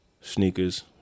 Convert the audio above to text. sneakers